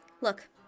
Look